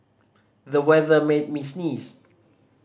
the weather made me sneeze